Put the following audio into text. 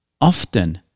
often